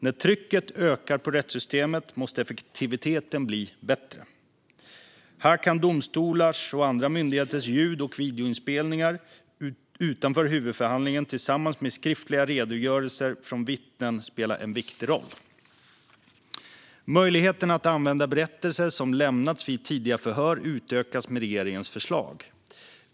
När trycket ökar på rättssystemet måste effektiviteten bli bättre. Här kan domstolars och andra myndigheters ljud och videoinspelningar utanför huvudförhandlingen tillsammans med skriftliga redogörelser från vittnen spela en viktig roll. Möjligheten att använda berättelser som lämnats vid tidiga förhör utökas med regeringens förslag.